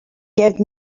give